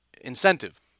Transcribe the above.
incentive